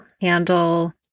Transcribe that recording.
handle